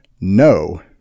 No